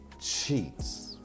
cheats